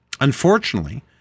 Unfortunately